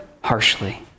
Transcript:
harshly